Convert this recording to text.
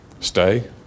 stay